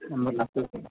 number लागते